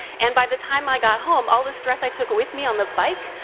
and by the time i got home, all the stress i took with me on the bike,